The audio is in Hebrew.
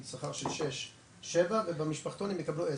שכר של שש-שבע ובמשפחתון הן יקבלו עשר.